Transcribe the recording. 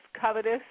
covetous